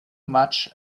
much